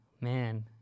man